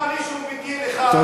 נפצע מישהו מטיל אחד?